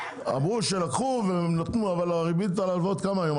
אמרו שלקחו, אבל הריבית על ההלוואות כמה היא היום?